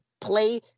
play